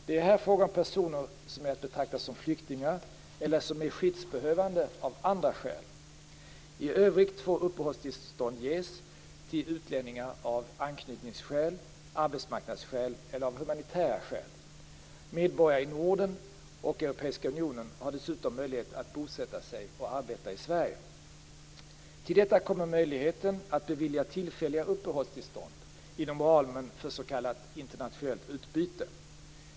Det är här fråga om personer som är att betrakta som flyktingar eller som är skyddsbehövande av andra skäl. I övrigt får uppehållstillstånd ges till utlänningar av anknytningsskäl, arbetsmarknadsskäl eller av humanitära skäl. Medborgare i Norden och Europeiska unionen har dessutom möjlighet att bosätta sig och arbeta i Sverige. Till detta kommer möjligheten att bevilja tillfälliga uppehållstillstånd inom ramen för s.k. internationellt utbyte.